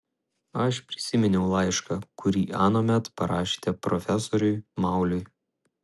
aš prisiminiau laišką kurį anuomet parašėte profesoriui mauliui